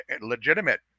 legitimate